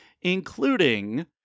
including